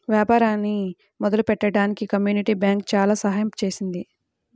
వ్యాపారాన్ని మొదలుపెట్టడానికి community bank చాలా సహాయం చేసింది